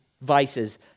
vices